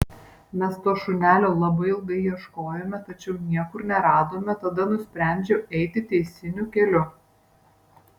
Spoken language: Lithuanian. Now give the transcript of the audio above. mes to šunelio labai ilgai ieškojome tačiau niekur neradome tada nusprendžiau eiti teisiniu keliu